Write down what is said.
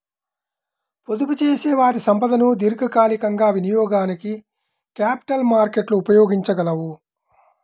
పొదుపుచేసేవారి సంపదను దీర్ఘకాలికంగా వినియోగానికి క్యాపిటల్ మార్కెట్లు ఉపయోగించగలవు